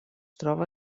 troba